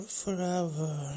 forever